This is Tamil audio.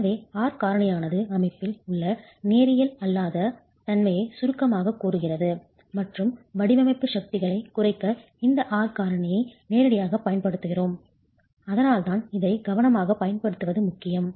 எனவே R காரணியானது அமைப்பில் உள்ள நேரியல் அல்லாத தன்மையை சுருக்கமாகக் கூறுகிறது மற்றும் வடிவமைப்பு சக்திகளைக் குறைக்க இந்த R காரணியை நேரடியாகப் பயன்படுத்துகிறோம் அதனால்தான் இதை கவனமாகப் பயன்படுத்துவது முக்கியம்